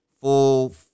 full